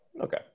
okay